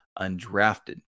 undrafted